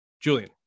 Julian